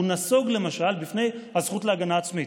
הוא נסוג, למשל, בפני הזכות להגנה עצמית.